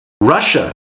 Russia